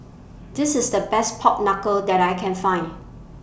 This IS The Best Pork Knuckle that I Can Find